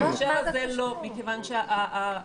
בהקשר הזה לא מכיוון שההגבלות,